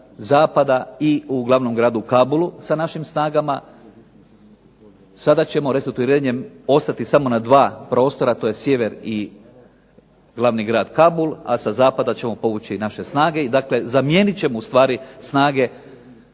i u glavnom gradu Kabulu sa našim snagama. Sada ćemo restrukturiranjem ostati samo na 2 prostora, to je sjever i glavni grad Kabul, a sa zapada ćemo povući naše snage i dakle zamijeniti ćemo ustvari snage